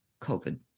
COVID